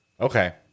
okay